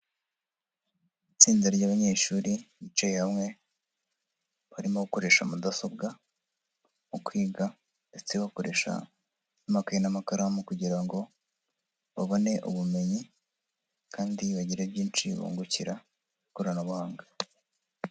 Itsinda ry'abanyeshuri bicaye hamwe, barimo gukoresha mudasobwa mu kwiga ndetse bakoresha amakaye n'amakaramu kugira ngo babone ubumenyi kandi bagire byinshi bungukira ikoranabuhanga.